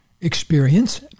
experience